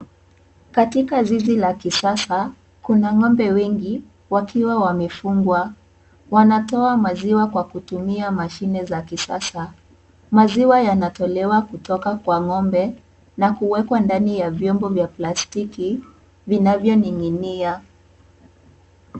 Katika zizi la kisasa kuna ng'ombe wengi wakiwa wamefungwa. Wanatoa maziwa kwa kutumia mashine za kisasa. Maziwa yanatolewa kutoka kwa ng'ombe na kuwekwa ndani ya vyombo vya plastiki vinavyoning'inia.